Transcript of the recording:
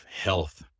health